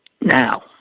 now